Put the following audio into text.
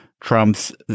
Trump's